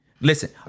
Listen